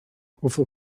hoeveel